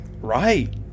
Right